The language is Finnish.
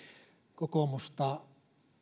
kokoomusta